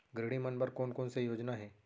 गृहिणी मन बर कोन कोन से योजना हे?